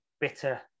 bitter